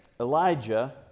Elijah